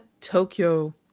Tokyo